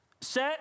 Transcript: set